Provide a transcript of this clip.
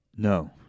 No